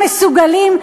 הם מסוגלים,